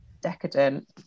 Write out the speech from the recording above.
decadent